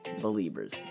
Believers